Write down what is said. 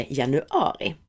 januari